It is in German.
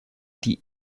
die